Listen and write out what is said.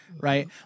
right